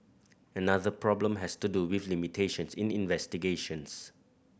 another problem has to do with limitations in investigations